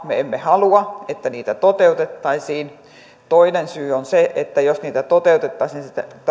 me emme halua että niitä toteutettaisiin toinen syy on se että jos niitä toteutettaisiin